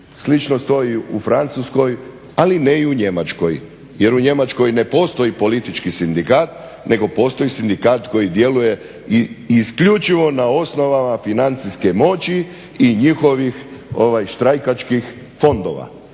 Slično stoji u Francuskoj, ali ne i u Njemačkoj jer u Njemačkoj ne postoji politički sindikat nego postoji sindikat koji djeluje i isključivo na osnovama financijske moći i njihovih štrajkačkih fondova,